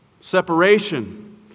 Separation